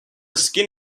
skin